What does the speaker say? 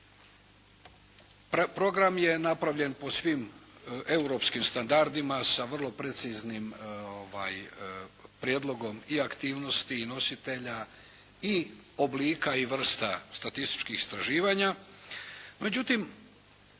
Program je napravljen po svim europskim standardima sa vrlo preciznim prijedlogom i aktivnosti i nositelja i oblika i vrsta statističkih istraživanja,